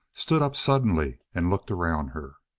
stood up suddenly and looked around her.